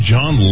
John